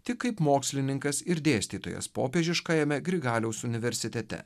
tik kaip mokslininkas ir dėstytojas popiežiškajame grigaliaus universitete